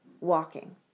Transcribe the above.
walking